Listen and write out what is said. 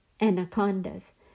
anacondas